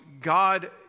God